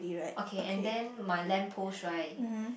okay and then my lamp post right